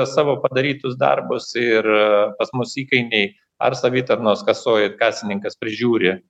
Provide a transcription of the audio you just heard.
savo padarytus darbus ir e pas mus įkainiai ar savitarnos kasoj kasininkas prižiūri